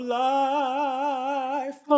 life